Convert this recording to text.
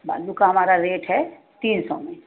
बाज़ू का हमारा रेट है तीन सौ में